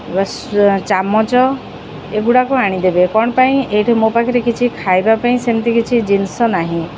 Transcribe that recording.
ଚାମଚ ଏଗୁଡ଼ାକ ଆଣିଦେବେ କ'ଣ ପାଇଁ ଏଇଠି ମୋ ପାଖରେ କିଛି ଖାଇବା ପାଇଁ ସେମିତି କିଛି ଜିନିଷ ନାହିଁ